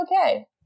okay